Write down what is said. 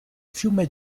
fiume